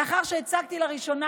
לאחר שהצגתי לראשונה,